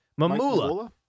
Mamula